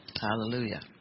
Hallelujah